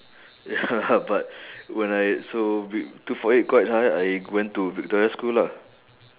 ya but when I so two four eight quite high I went to victoria school lah